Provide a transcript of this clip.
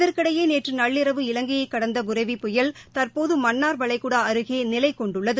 இதற்கிடையே நேற்று நள்ளிரவு இவங்கையை கடந்து புரெவி புயல் தற்போது மன்னார் வளைகுடா அருகே நிலை கொண்டுள்ளது